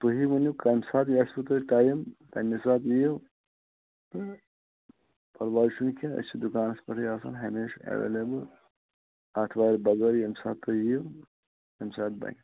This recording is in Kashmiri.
تُہی ؤنِو کمہِ ساتہٕ آسوٕ تۅہہِ ٹایم تَمی ساتہٕ یِیِو تہٕ پَرواے چھُنہٕ کیٚنٛہہ أسۍ چھِ دُکانَس پیٚٹھٕے آسن ہمیشہِ ایٚویلیبٕل آتھوارِ بغٲرٕے ییٚمہِ ساتہٕ تُہۍ یِیِو تَمہِ ساتہٕ بنہِ